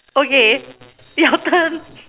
okay your turn